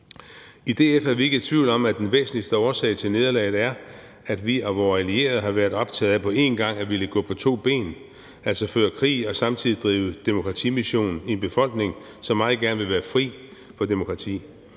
I DF er vi ikke i tvivl om, at den væsentligste årsag til nederlaget er, at vi og vore allierede har været optaget af på en gang at ville gå på to ben, altså føre krig og samtidig drive demokratimission i en befolkning, som meget gerne vil være fri for demokrati.